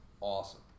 awesome